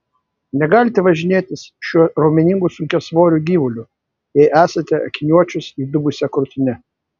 negalite važinėtis šiuo raumeningu sunkiasvoriu gyvuliu jei esate akiniuočius įdubusia krūtine